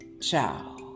Ciao